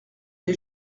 des